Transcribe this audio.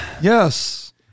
Yes